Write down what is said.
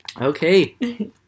okay